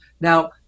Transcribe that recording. Now